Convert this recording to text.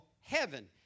heaven